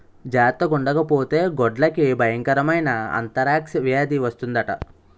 జార్తగుండకపోతే గొడ్లకి బయంకరమైన ఆంతరాక్స్ వేది వస్తందట